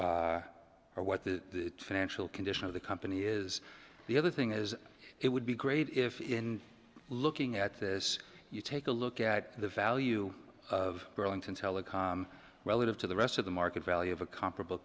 or what the financial condition of the company is the other thing is it would be great if in looking at this you take a look at the value of burlington telecom relative to the rest of the market value of a comparable